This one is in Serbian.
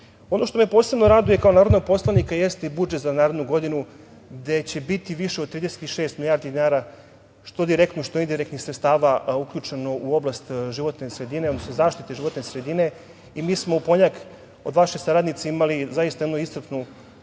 što me posebno raduje kao narodnog poslanika jeste i budžet za narednu godinu gde će biti i više od 36 milijardi dinara, što direktnih, što indirektnih sredstava uključeno u oblast životne sredine, odnosno zaštite životne sredine. Mi smo u ponedeljak od vaše saradnice imali zaista jednu iscrpnu